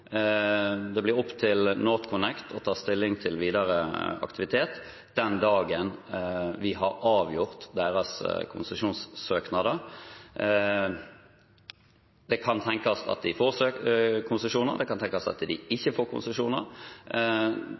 det nå. Det blir opp til NorthConnect å ta stilling til videre aktivitet den dagen vi har avgjort deres konsesjonssøknader. Det kan tenkes at de får konsesjon, det kan tenkes at de ikke får